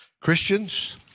Christians